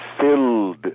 filled